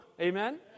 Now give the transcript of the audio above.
Amen